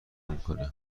میکنه